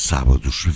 Sábados